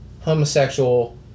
homosexual